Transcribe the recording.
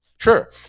Sure